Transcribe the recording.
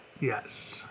yes